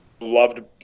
loved